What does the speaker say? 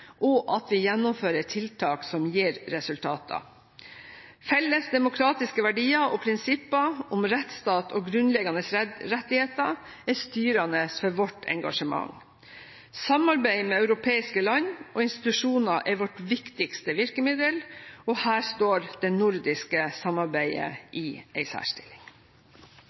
og at vi gjennomfører tiltak som gir resultater. Felles demokratiske verdier og prinsipper om rettsstat og grunnleggende rettigheter er styrende for vårt engasjement. Samarbeid med europeiske land og institusjoner er vårt viktigste virkemiddel, og her står det nordiske samarbeidet i en særstilling.